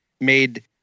made